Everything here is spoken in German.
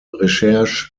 recherche